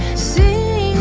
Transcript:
see.